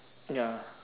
ya lah